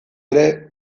ere